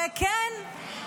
וכן,